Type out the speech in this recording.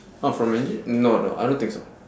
oh from engine no no I don't think so